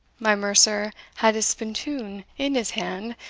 my mercer had his spontoon in his hand,